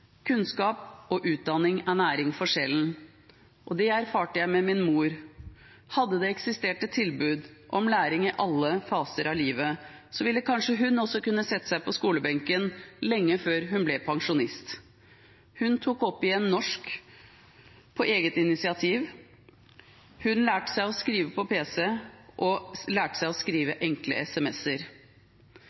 Kunnskap og utdanning er næring for sjelen. Det erfarte jeg med min mor. Hadde det eksistert et tilbud om læring i alle faser av livet, ville kanskje hun også kunnet satt seg på skolebenken lenge før hun ble pensjonist. Hun tok opp igjen norsk på eget initiativ. Hun lærte seg å skrive på pc og lærte seg å skrive enkle